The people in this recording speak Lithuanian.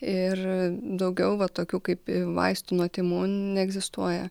ir daugiau va tokių kaip vaistų nuo tymų neegzistuoja